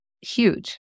huge